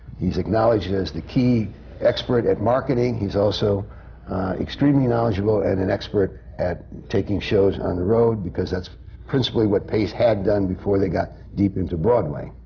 he's acknowledged as the key expert at marketing. he's also extremely knowledgeable and an expert at taking shows on the road, because that's principally what pace had done before they got deep into broadway.